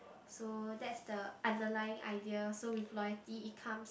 so there's the underlying idea so with loyalty it comes